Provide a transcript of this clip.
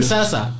Sasa